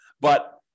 But-